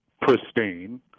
pristine